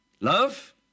Love